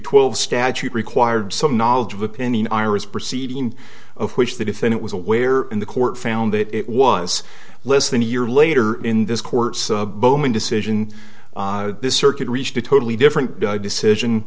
twelve statute required some knowledge of opinion ira's proceeding of which the defendant was aware and the court found that it was less than a year later in this court's boman decision this circuit reached a totally different decision